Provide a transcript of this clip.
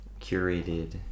curated